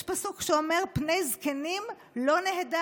יש פסוק שאומר: "פני זקנים לא נהדרו".